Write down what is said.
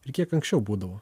ir kiek anksčiau būdavo